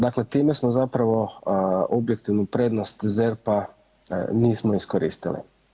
Dakle, time smo zapravo objektivnu prednost ZERP-a nismo iskoristili.